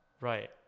Right